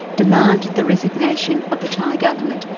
demand the resignation of the thai government,